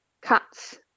cuts